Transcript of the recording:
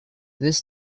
this